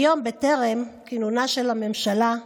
היום, בטרם כינונה של הממשלה,